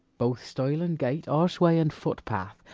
both stile and gate, horseway and footpath.